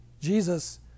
Jesus